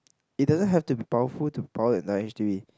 it doesn't have to be powerful to power entire H_D_B